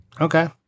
Okay